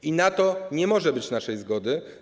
I na to nie może być naszej zgody.